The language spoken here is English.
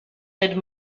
did